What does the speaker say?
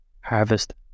Harvest